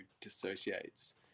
dissociates